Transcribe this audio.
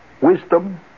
wisdom